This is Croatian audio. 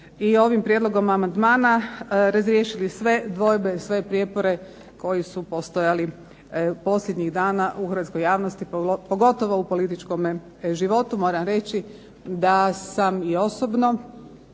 i ovim prijedlogom amandmana razriješili sve dvojbe, sve prijepore koji su postojali posljednjih dana u hrvatskoj javnosti, pogotovo u političkome životu. Moram reći da sam i osobno